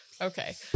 Okay